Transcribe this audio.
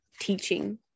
teaching